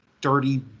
dirty